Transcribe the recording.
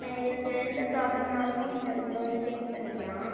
இதுக்கு எந்த ப்ராப்லம்னாலுமே நீங்கள் அதுக்குள்ள வந்து சேஞ் பண்ணிக்கலாம்